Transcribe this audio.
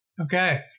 Okay